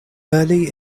early